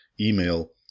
Email